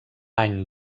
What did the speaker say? any